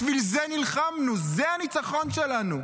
בשביל זה נלחמנו, זה הניצחון שלנו.